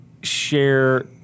share